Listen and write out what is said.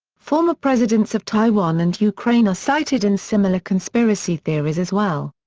former presidents of taiwan and ukraine are cited in similar conspiracy theories as well.